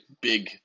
big